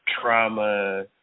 trauma